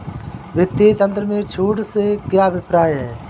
वित्तीय तंत्र में छूट से क्या अभिप्राय है?